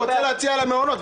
הוא רוצה להציע למעונות,